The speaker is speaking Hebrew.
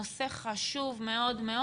נושא חשוב מאוד מאוד